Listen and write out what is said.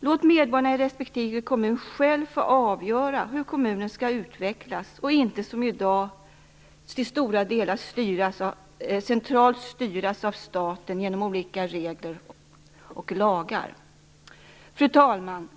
Låt medborgarna i respektive kommun själva få avgöra hur kommunen skall utvecklas, i stället för att den som i dag till stora delar skall styras centralt av staten genom olika regler och lagar. Fru talman!